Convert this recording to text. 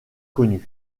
connue